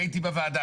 אני הייתי בוועדה.